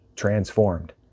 Transformed